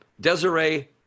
Desiree